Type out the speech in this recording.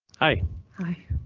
hi hi,